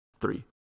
three